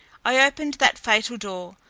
i opened that fatal door!